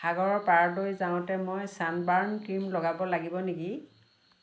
সাগৰৰ পাৰলৈ যাওঁতে মই ছান বাৰ্ন ক্ৰীম লগাব লাগিব নেকি